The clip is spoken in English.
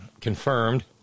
confirmed